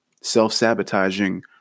self-sabotaging